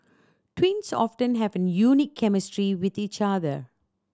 twins often have a unique chemistry with each other